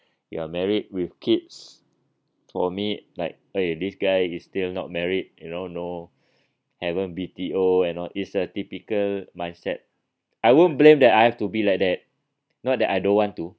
you are married with kids for me like !aiyo! this guy is still not married you know no haven't B_T_O and all it's a typical mindset I won't blame that I have to be like that not that I don't want to